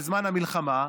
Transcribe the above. בזמן המלחמה,